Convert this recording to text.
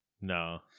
No